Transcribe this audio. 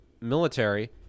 military